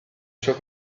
suo